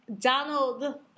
Donald